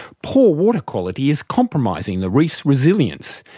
poor water quality is compromising the reef's resilience,